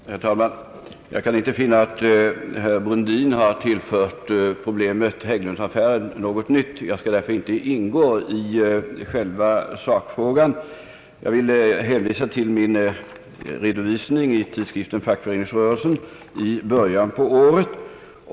Herr talman! Jag kan inte finna att herr Brundin har tillfört problemet Hägglundsaffären något nytt. Jag skall därför inte ingå på själva sakfrågan. Jag vill hänvisa till min redovisning i tidskriften Fackföreningsrörelsen i början av året.